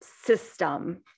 system